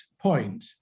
point